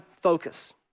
focus